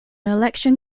election